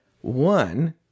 one